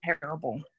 terrible